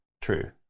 true